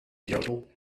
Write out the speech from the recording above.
yodel